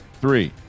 Three